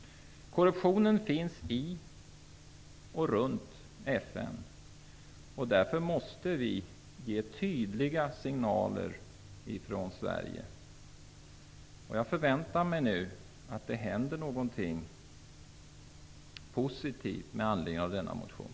Korruptionen finns i och runt FN, och därför måste vi ge tydliga signaler från Sverige. Jag väntar mig nu att det händer någonting positivt med anledning av denna motion.